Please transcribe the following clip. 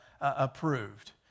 approved